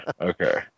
Okay